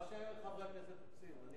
מה שחברי הכנסת רוצים.